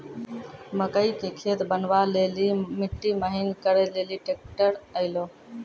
मकई के खेत बनवा ले ली मिट्टी महीन करे ले ली ट्रैक्टर ऐलो?